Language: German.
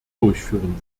durchführen